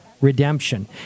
redemption